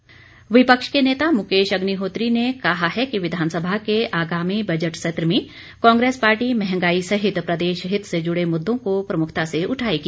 अग्निहोत्री विपक्ष के नेता मुकेश अग्निहोत्री ने कहा है कि विधानसभा के आगामी बजट सत्र में कांग्रेस पार्टी महंगाई सहित प्रदेशहित से जुड़े मुद्दों को प्रमुखता से उठाएगी